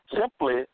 simply